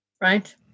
Right